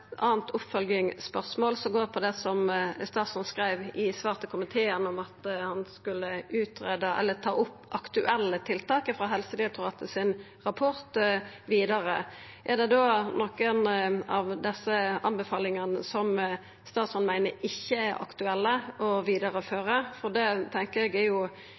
som går på det statsråden skreiv i svar til komiteen, om at han skulle ta vidare aktuelle tiltak frå rapporten til Helsedirektoratet. Er det da nokre av desse anbefalingane som statsråden meiner ikkje er aktuelle å vidareføra? Det tenkjer eg er